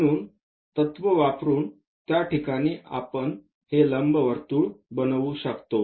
म्हणून तत्त्व वापरुन ज्या ठिकाणी आपण हे लंबवर्तुळ बनवू शकतो